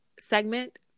segment